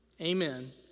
Amen